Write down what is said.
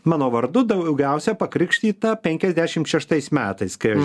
mano vardu daugiausia pakrikštyta penkiasdešim šeštais metais kai aš